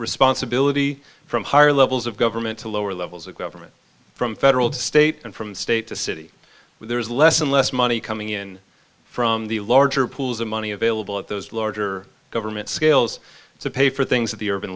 responsibility from higher levels of government to lower levels of government from federal state and from state to city where there's less and less money coming in from the larger pools of money available at those larger government scales to pay for things that the urban